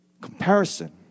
comparison